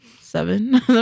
Seven